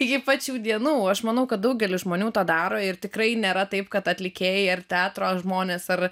iki pat šių dienų aš manau kad daugelis žmonių tą daro ir tikrai nėra taip kad atlikėjai ar teatro žmonės ar